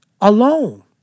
alone